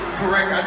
correct